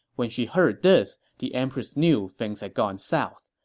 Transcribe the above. when she heard this, the empress knew things had gone south,